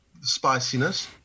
spiciness